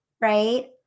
right